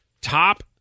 Top